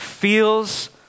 feels